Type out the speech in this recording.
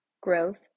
growth